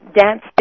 Dance